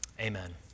Amen